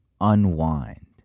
unwind